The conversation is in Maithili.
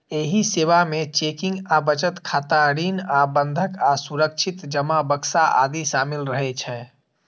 एहि सेवा मे चेकिंग आ बचत खाता, ऋण आ बंधक आ सुरक्षित जमा बक्सा आदि शामिल रहै छै